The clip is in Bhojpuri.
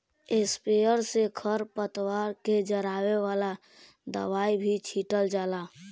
स्प्रेयर से खर पतवार के जरावे वाला दवाई भी छीटल जाला